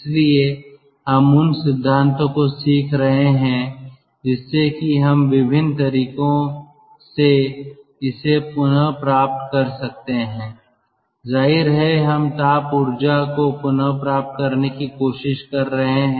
इसलिए हम उन सिद्धांतों को सीख रहे हैं जिससे कि हम विभिन्न तरीकों से इसे पुनर्प्राप्त कर सकते हैं जाहिर है हम ताप ऊर्जा को पुनर्प्राप्त करने की कोशिश कर रहे हैं